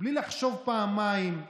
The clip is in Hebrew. בלי לחשוב פעמיים.